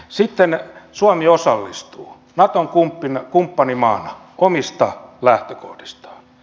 sitten suomi osallistuu naton kumppanimaana omista lähtökohdistaan